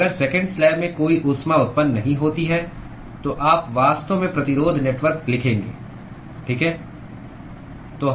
तो अगर second slab में कोई ऊष्मा उत्पन्न नहीं होती है तो आप वास्तव में प्रतिरोध नेटवर्क लिखेंगे ठीक है